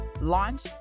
launch